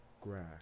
grass